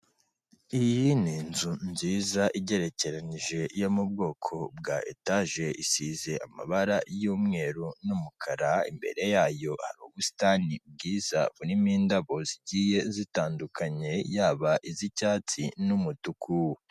Iyi ni inzu nziza igerekeranije yo mu bwoko bwa etaje, isize amabara y'umweru n'umukara, imbere yayo ubusitani bwiza, burimo indabo zigiye zitandukanye, yaba iz'icyatsi n'umutuku.